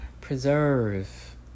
preserve